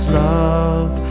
love